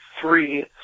three